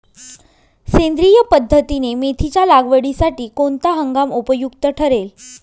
सेंद्रिय पद्धतीने मेथीच्या लागवडीसाठी कोणता हंगाम उपयुक्त ठरेल?